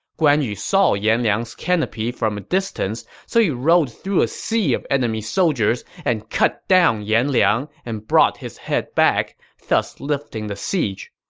guan yu saw yan liang's canopy from a distance, so he rode through a sea of enemy soldiers and cut down yan liang and brought his head back, thus lifting the siege.